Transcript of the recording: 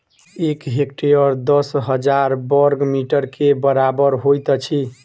एक हेक्टेयर दस हजार बर्ग मीटर के बराबर होइत अछि